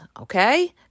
okay